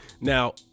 Now